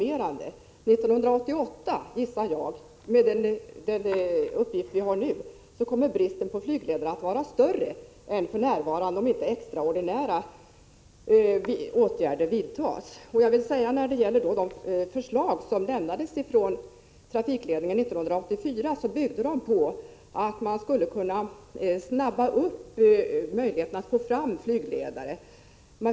Enligt de uppgifter vi nu har kommer bristen på flygledare att vara större 1988 än för närvarande, om inte extraordinära åtgärder vidtas. Det förslag som lämnades från trafikledningen 1984 byggde på att man skulle kunna snabba upp möjligheterna att få fram flygledare.